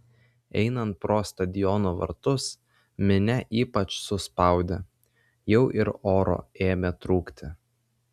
einant pro stadiono vartus minia ypač suspaudė jau ir oro ėmė trūkti